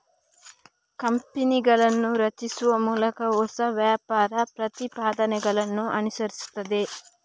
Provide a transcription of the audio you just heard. ಕಂಪನಿಗಳನ್ನು ರಚಿಸುವ ಮೂಲಕ ಹೊಸ ವ್ಯಾಪಾರ ಪ್ರತಿಪಾದನೆಗಳನ್ನು ಅನುಸರಿಸುತ್ತದೆ